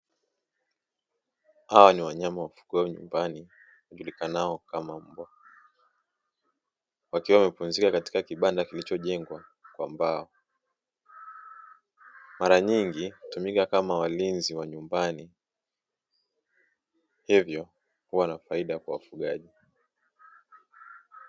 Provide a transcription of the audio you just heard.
Hawa ni wanyama wafugwao nyumbani wajulikanao kama mbwa, wakiwa wamepumzika katika kibanda kilichojengwa kwa mbao. Mara nyingi hutumika kama walinzi wa nyumbani hivyo huwa na faida kwa wafugaji.